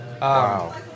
Wow